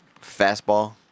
Fastball